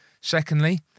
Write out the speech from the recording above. Secondly